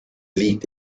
liegt